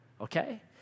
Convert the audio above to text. Okay